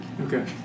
Okay